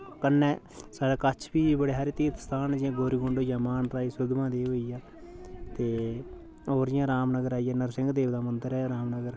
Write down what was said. कन्नै साढ़े कच्छ बी बड़े हारे तीर्थ स्थान न जियां गौरीकुंड होई गेआ मानतलाई सुद्ध महादेव होई गेआ ते होर जियां रामनगर आई गेआ नरसिंह देव दा मंदर ऐ रामनगर